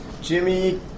Jimmy